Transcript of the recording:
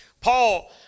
Paul